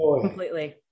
Completely